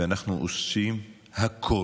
ואנחנו עושים הכול.